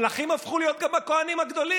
שבה מלכים הפכו להיות גם הכוהנים הגדולים.